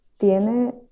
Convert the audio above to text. tiene